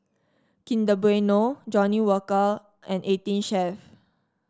Kinder Bueno Johnnie Walker and Eighteen Chef